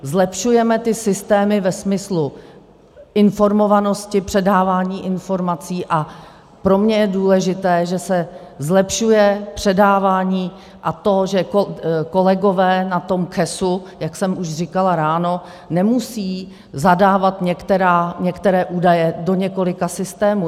Zlepšujeme ty systémy ve smyslu informovanosti, předávání informací, a pro mě je důležité, že se zlepšuje předávání a to, že kolegové na tom KHS, jak jsem už říkala ráno, nemusí zadávat některé údaje do několika systémů.